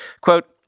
Quote